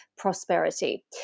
prosperity